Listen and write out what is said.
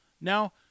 Now